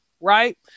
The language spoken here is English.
right